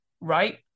right